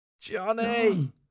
Johnny